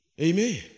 Amen